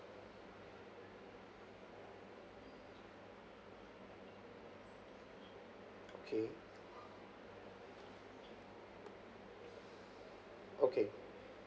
okay okay